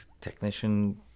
technician